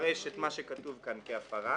יפרש את מה שכתוב כאן כהפרה,